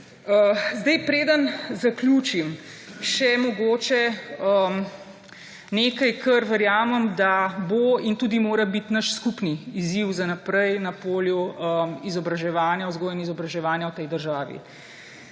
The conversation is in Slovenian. Preden zaključim, mogoče še nekaj, kar verjamem, da bo in tudi mora biti naš skupni izziv za naprej na polju vzgoje in izobraževanja v tej državi.